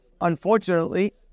unfortunately